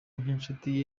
nk’inshuti